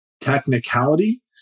technicality